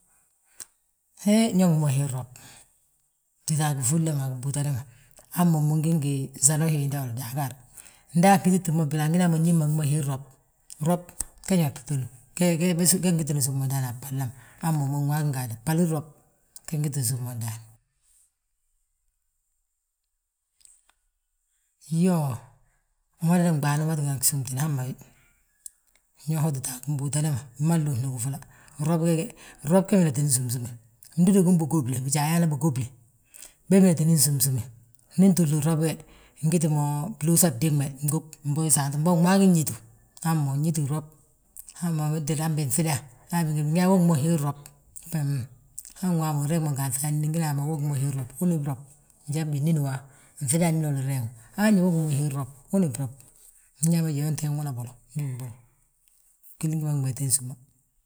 Hee ñe ngi gí mo hii grob, tita a gifúlida ma, a gimbúutada ma, han momu ngi nsano hiinda ma dagaar. Nda anhítirtini mo gwil angi yaa mo Nñima he ngi gí mo hii grob. Grob ge ñee tti file, ge ngini súm mo ndaani a bhalda ma. Han momu wi maa wi ngaadu bhali rob ge ngiti nsúm mo ndaani. Iyoo, uɓaani ɓaani wima tínga gsúmtini wi hama wi, ño tita a gimbúutada ma, bima nluusni gifúla, rob ge midani súmisúme. Ndudugin gigóble, bijaa yaana bigóble, be midatini súmsúmé, ndi ntúmli rob we. Ngiti mo bluusa bdiigme, mbo gmaagi nnñitu, hamma wi nñiti grob, wee tinga han binŧida, bigi yaa mo wo ngi gimo hii rob, han waamu ndi nreŋdi mo nga anŧida angi yaa mo wo gí mbo hii rob, wini brob. Njan binnín wo, nga anŧida anín holo nreeŋ ayaa nyaa. wo ngi gí mo hii rob, wuni brob, nyaama yoo yonte inwuna bolo gwil gima midatin súmma.